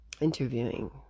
interviewing